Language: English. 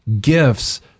gifts